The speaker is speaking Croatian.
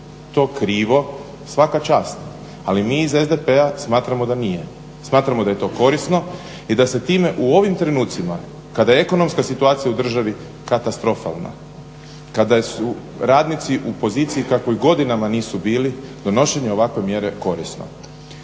to krivo svaka čast. Ali mi iz SDP-a smatramo da nije. Smatramo da je to korisno i da se time u ovim trenucima kada je ekonomska situacija u državi katastrofalna, kada su radnici u poziciji kakvoj godinama nisu bili donošenje ovakve mjere je korisno.